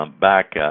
Back